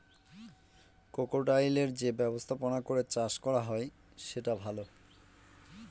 ক্রোকোডাইলের যে ব্যবস্থাপনা করে চাষ করা হয় সেটা ভালো